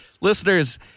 listeners